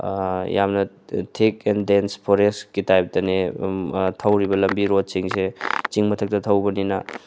ꯌꯥꯝꯅ thick and dense ꯐꯣꯔꯦꯁꯀꯤ ꯇꯥꯏꯞꯇꯅꯦ ꯊꯧꯔꯤꯕ ꯂꯝꯕꯤ ꯔꯣꯠꯁꯤꯡꯁꯦ ꯆꯤꯡ ꯃꯊꯛꯇ ꯊꯧꯕꯅꯤꯅ